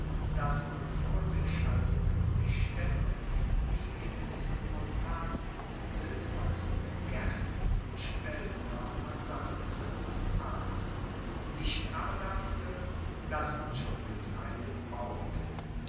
dass man vor der scheidung der staemme die in mesopotamien wildwachsenden gersten und speltkoerner sammelte und ass nicht aber dafuer dass man schon getreide baute